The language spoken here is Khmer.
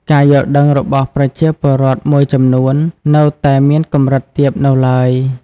ការយល់ដឹងរបស់ប្រជាពលរដ្ឋមួយចំនួននៅតែមានកម្រិតទាបនៅឡើយ។